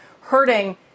hurting